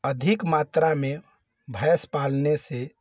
अधिक मात्रा में भैंस पालने से